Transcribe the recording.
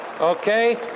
okay